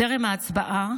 טרם ההצבעה,